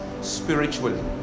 spiritually